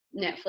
Netflix